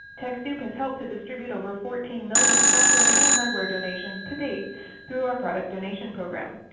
techsoup has helped to distribute over fourteen million software and hardware donations to date through our product donation program.